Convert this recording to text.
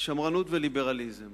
שמרנות וליברליזם.